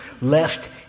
left